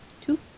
Two